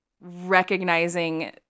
recognizing